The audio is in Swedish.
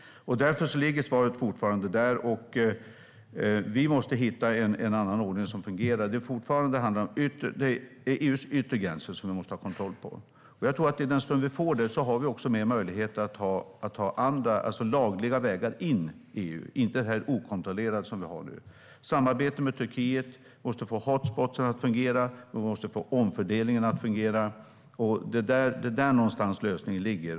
Vi måste hitta en annan ordning som fungerar. Det är EU:s yttre gränser vi måste ha kontroll på. Den stund vi får det har vi också möjligheter att ha lagliga vägar in i EU, inte den okontrollerade migration som vi har nu. Det handlar om samarbete med Turkiet. Vi måste få hotspots att fungera. Vi måste få omfördelningen att fungera. Det är där någonstans lösningen ligger.